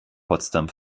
potsdam